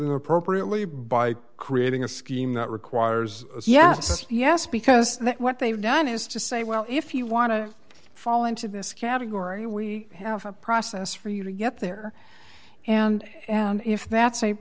the appropriately by creating a scheme that requires yes yes because what they've done is to say well if you want to fall into this category we have a process for you to get there and if that